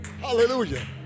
Hallelujah